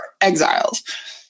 exiles